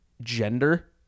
gender